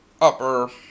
upper